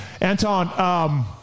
Anton